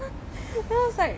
I was like